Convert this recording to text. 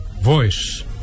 voice